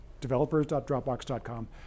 developers.dropbox.com